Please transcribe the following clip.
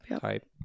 type